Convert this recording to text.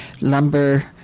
lumber